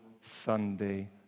Sunday